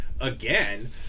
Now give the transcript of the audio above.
again